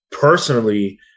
Personally